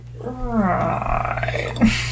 Right